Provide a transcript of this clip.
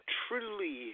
truly